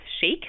shake